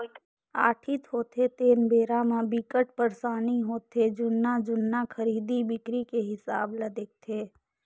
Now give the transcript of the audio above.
audit होथे तेन बेरा म बिकट परसानी होथे जुन्ना जुन्ना खरीदी बिक्री के हिसाब ल देखथे